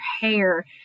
hair